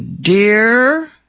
Dear